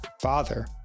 Father